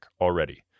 already